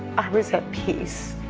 i was at peace.